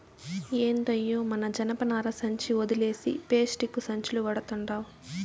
ఏందయ్యో మన జనపనార సంచి ఒదిలేసి పేస్టిక్కు సంచులు వడతండావ్